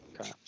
Okay